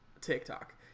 TikTok